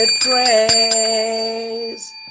praise